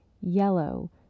yellow